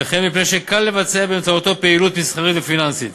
וכן מפני שקל לבצע באמצעותו פעילות מסחרית ופיננסית.